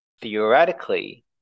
theoretically